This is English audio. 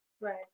Right